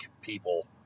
people